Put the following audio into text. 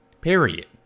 Period